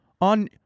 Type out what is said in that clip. on